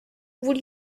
would